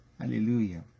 Hallelujah